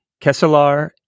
Kesselar